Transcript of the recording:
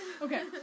Okay